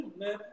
man